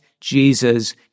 Jesus